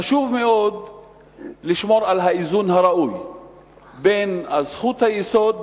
חשוב מאוד לשמור על האיזון הראוי בזכות היסוד,